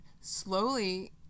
slowly